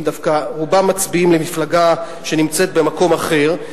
דווקא רובם מצביעים למפלגה שנמצאת במקום אחר,